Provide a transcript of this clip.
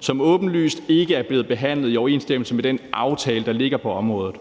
som åbenlyst ikke er blevet behandlet i overensstemmelse med den aftale, der ligger på området,